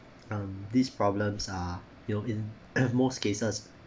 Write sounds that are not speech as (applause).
um these problems are you know in (coughs) most cases